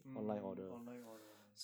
mm mm mm online order